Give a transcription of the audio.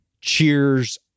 Cheers